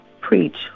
preach